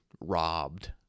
robbed